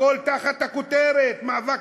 הכול תחת הכותרת "מאבק